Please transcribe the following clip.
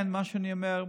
לכן, מה שאני אומר: